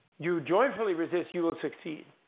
you joyfully resist. you will succeed.